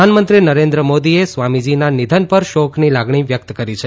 પ્રધાનમંત્રી નરેન્દ્ર મોદીએ સ્વામીજીના નિધન પર શોકની લાગણી વ્યક્ત કરી છે